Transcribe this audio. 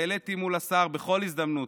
העליתי מול השר בכל הזדמנות.